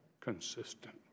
consistent